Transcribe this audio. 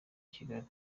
kigali